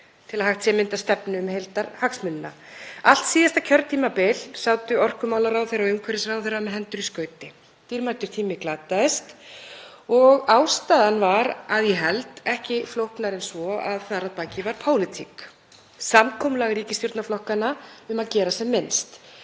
til að hægt sé að mynda stefnu um heildarhagsmunina. Allt síðasta kjörtímabil sátu orkumálaráðherra og umhverfisráðherra með hendur í skauti, dýrmætur tími glataðist. Ástæðan var, að ég held, ekki flóknari en svo að þar að baki var pólitík, samkomulag ríkisstjórnarflokkanna um að gera sem minnst